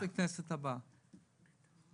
אני לא רץ לכנסת הבאה...